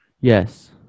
Yes